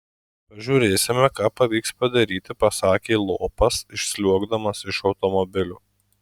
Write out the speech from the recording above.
pažiūrėsime ką pavyks padaryti pasakė lopas išsliuogdamas iš automobilio